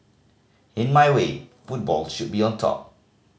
in my way football should be on top